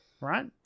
right